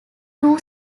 two